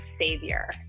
savior